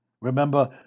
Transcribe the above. Remember